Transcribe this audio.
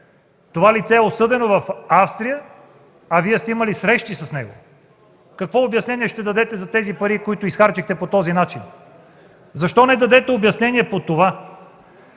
Това лице е осъдено в Австрия, а Вие сте имали срещи с него. Какво обяснение ще дадете за тези пари, които изхарчихте по този начин? Защо не дадете обяснение по това?